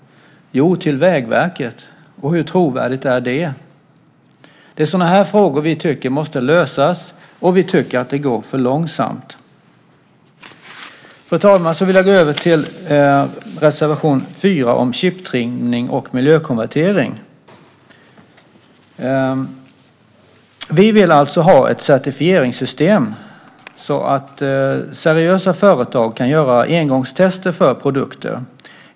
Jo, till Vägverket. Hur trovärdigt är det? Det är sådana här frågor vi tycker måste lösas, och vi tycker att det går för långsamt. Fru talman! Jag vill gå över till reservation 4 om chiptrimning och miljökonvertering. Vi vill alltså ha ett certifieringssystem så att seriösa företag kan göra engångstest för produkter.